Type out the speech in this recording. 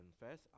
confess